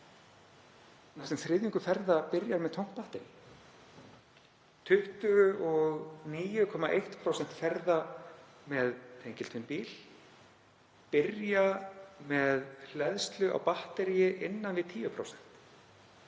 næstum þriðjungur ferða byrjar með tómt batterí. 29,1% ferða með tengiltvinnbíl byrja með hleðslu á batteríi innan við 10%.